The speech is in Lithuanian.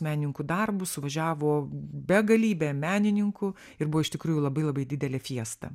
menininkų darbus suvažiavo begalybė menininkų ir buvo iš tikrųjų labai labai didelė fiesta